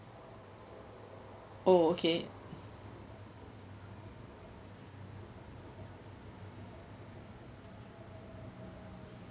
oh okay